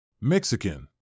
mexican